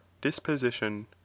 disposition